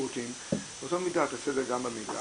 בשירותים, באותה מידה תעשה את זה גם במידע.